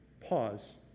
pause